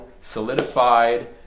solidified